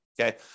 okay